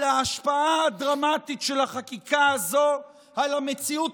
על ההשפעה הדרמטית של החקיקה הזאת על המציאות